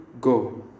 go